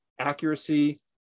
accuracy